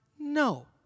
No